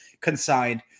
consigned